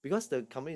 oh